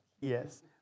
Yes